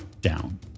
down